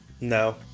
No